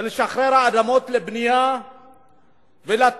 בשחרור אדמות לבנייה ובמתן